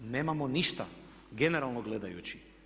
Nemamo ništa, generalno gledajući.